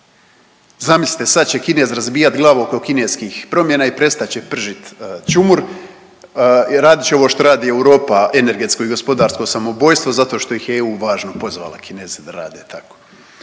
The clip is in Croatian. Zamislite sad će Kinez razbijat glavu oko kineskih promjena i prestat će pržit ćumur i radit će ovo što radi Europa energetsko i gospodarsko samoubojstvo zato što ih je EU važno pozvala Kineze da rade tako.